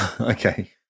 Okay